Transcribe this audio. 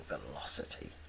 velocity